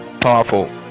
powerful